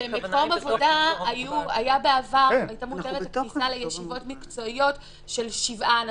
שבמקום עבודה הייתה מותרת הכניסה לישיבות מקצועיות של שבעה אנשים,